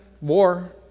war